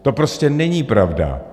To prostě není pravda.